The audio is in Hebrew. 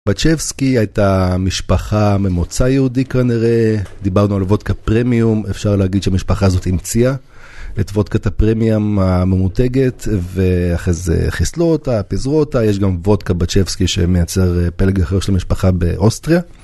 בצ'בסקי הייתה משפחה ממוצא יהודי כנראה, דיברנו על וודקה פרמיום, אפשר להגיד שהמשפחה הזאת המציאה את וודקת הפרמיום הממותגת ואחרי זה חיסלו אותה, פזרו אותה, יש גם וודקה בצ'בסקי שמייצר פלג אחר של המשפחה באוסטריה.